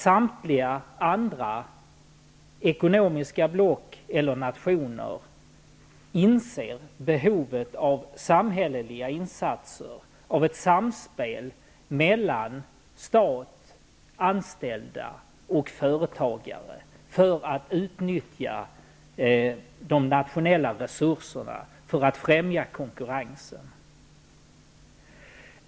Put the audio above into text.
Samtliga andra nationer eller ekonomiska block inser ju behovet av samhälleliga insatser, av ett samspel mellan stat, anställda och företagare, för att utnyttja de nationella resurserna och främja konkurrensen.